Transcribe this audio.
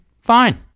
fine